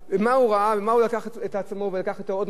ומה הוא לקח את עצמו ולקח אתו עוד 250 איש?